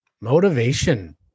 Motivation